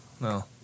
No